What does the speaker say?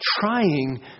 trying